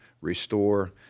restore